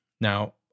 Now